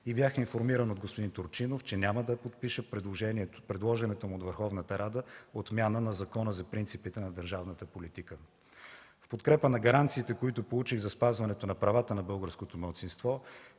и бях информиран от господин Турчинов, че няма да подпише предложената му от Върховната рада отмяна на Закона за принципите на държавната политика. В подкрепа на гаранциите, които получих за спазването на правата на българското малцинство,